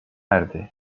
erdi